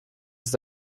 ist